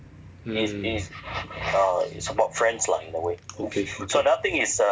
mmhmm okay